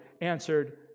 Answered